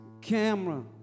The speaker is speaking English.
camera